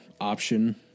option